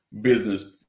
business